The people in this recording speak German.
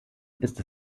ist